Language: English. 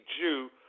Jew